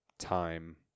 Time